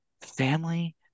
Family